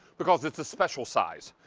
because it's a special size,